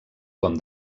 com